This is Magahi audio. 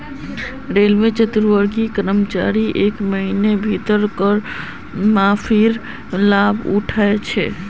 रेलवे चतुर्थवर्गीय कर्मचारीक एक महिनार भीतर कर माफीर लाभ उठाना छ